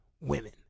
women